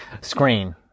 screen